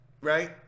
Right